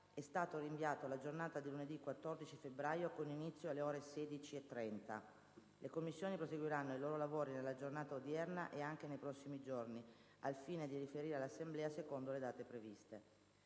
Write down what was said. e stato rinviato alla giornata di lunedı14 febbraio, con inizio alle ore 16,30. Le Commissioni proseguiranno i loro lavori nella giornata odierna e anche nei prossimi giorni, al fine di riferire all’Assemblea secondo le date previste.